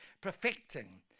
perfecting